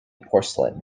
porcelain